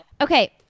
Okay